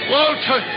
Walter